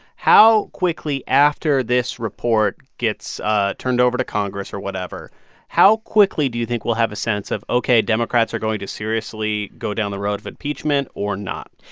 how quickly after this report gets ah turned over to congress or whatever how quickly do you think we'll have a sense of, ok, democrats are going to seriously go down the road of impeachment or not?